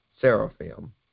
seraphim